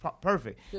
perfect